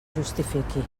justifiqui